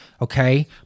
okay